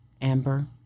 Amber